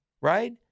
right